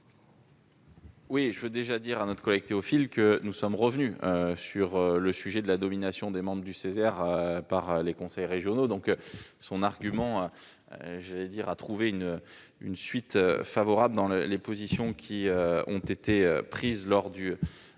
? Je veux déjà dire à notre collègue Dominique Théophile que nous sommes revenus sur le sujet de la nomination des membres du Ceser par les conseils régionaux. Son argument a donc trouvé une suite favorable dans les positions qui ont été prises lors du débat et